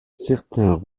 certains